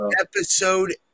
episode